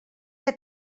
que